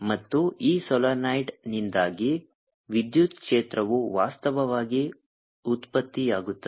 ಮತ್ತು ಈ ಸೊಲೆನಾಯ್ಡ್ನಿಂದಾಗಿ ವಿದ್ಯುತ್ ಕ್ಷೇತ್ರವು ವಾಸ್ತವವಾಗಿ ಉತ್ಪತ್ತಿಯಾಗುತ್ತದೆ